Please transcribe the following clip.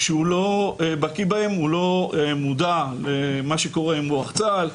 שהוא לא בקי בהם והוא לא מודע למה שקורה מול צה"ל,